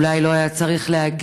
אולי לא היה צריך להגיד,